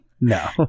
No